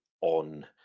on